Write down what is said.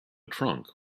trunk